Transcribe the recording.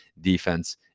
defense